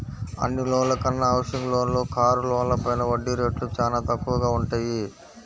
అన్ని లోన్ల కన్నా హౌసింగ్ లోన్లు, కారు లోన్లపైన వడ్డీ రేట్లు చానా తక్కువగా వుంటయ్యి